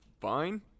fine